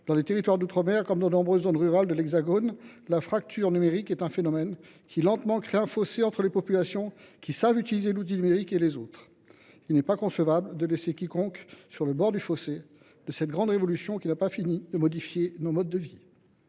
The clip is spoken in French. numérique ». En outre mer comme dans de nombreuses zones rurales de l’Hexagone, la fracture numérique crée lentement un fossé entre les populations qui savent utiliser l’outil numérique et les autres. Il n’est pas concevable de laisser quiconque à l’écart de cette grande révolution qui n’a pas fini de modifier nos modes de vie.